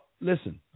Listen